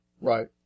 Right